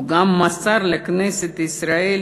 הוא גם מסר לכנסת ישראל,